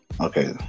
Okay